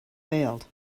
failed